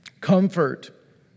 Comfort